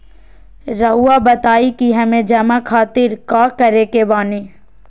रहुआ बताइं कि हमें जमा खातिर का करे के बानी?